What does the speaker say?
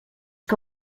que